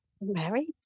Mary